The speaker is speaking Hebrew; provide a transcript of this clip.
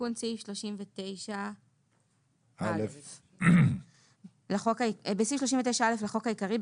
תיקון סעיף 39א 24. בסעיף 39 לחוק העיקרי,